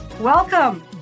Welcome